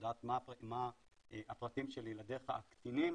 יודעת מה הפרטים של ילדיך הקטינים,